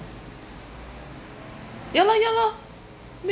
ya lor ya lor